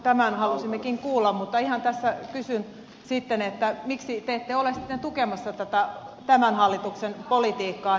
tämän halusimmekin kuulla mutta ihan tässä kysyn miksi te ette ole sitten tukemassa tätä tämän hallituksen politiikkaa